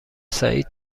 سعید